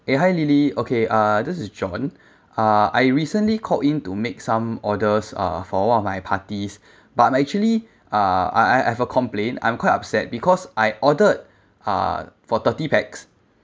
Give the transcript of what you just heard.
eh hi lily okay uh this is john uh I recently called in to make some orders uh for one of my parties but I'm actually uh I have a complain I'm quite upset because I ordered uh for thirty pax